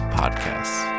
podcasts